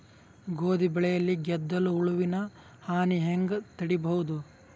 ಗೋಧಿ ಬೆಳೆಯಲ್ಲಿ ಗೆದ್ದಲು ಹುಳುವಿನ ಹಾನಿ ಹೆಂಗ ತಡೆಬಹುದು?